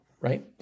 right